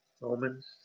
Romans